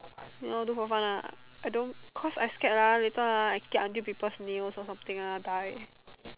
no do for fun ah I don't cause I scared ah later ah I kiap until people nails or something ah die